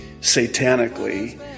satanically